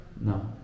no